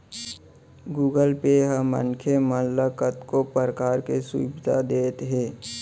Google pay ह मनखे मन ल कतको परकार के सुभीता देत हे